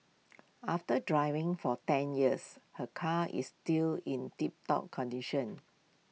after driving for ten years her car is still in tiptop condition